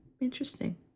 interesting